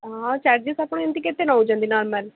ହଁ ଚାର୍ଜେସ୍ ଆପଣ ଏମିତି କେତେ ନେଉଛନ୍ତି ନର୍ମାଲ